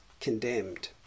condemned